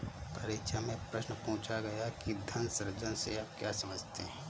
परीक्षा में प्रश्न पूछा गया कि धन सृजन से आप क्या समझते हैं?